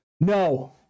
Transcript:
No